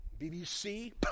BBC